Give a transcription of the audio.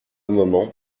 moment